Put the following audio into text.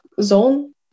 zone